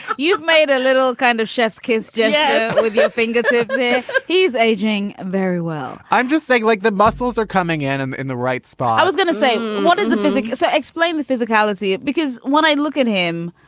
you've made a little kind of chefs, kids yeah yeah but with your fingertips he's aging very well i'm just saying, like the muscles are coming in and in the right spot i was going to say, what is the physics? so explain the physicality. because when i look at him,